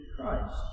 Christ